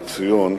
לציון,